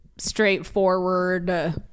straightforward